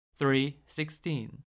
3.16